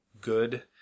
good